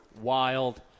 wild